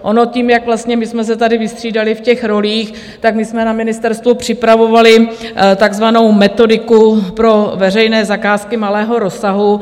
Ono tím, jak vlastně jsme se tady vystřídali v těch rolích, tak my jsme na ministerstvu připravovali takzvanou metodiku pro veřejné zakázky malého rozsahu.